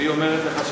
והיא אומרת לך,